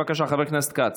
בבקשה, חבר הכנסת אופיר כץ.